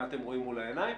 מה אתם רואים נגד העיניים.